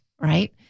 right